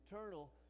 eternal